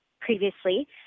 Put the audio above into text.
previously